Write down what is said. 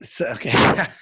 okay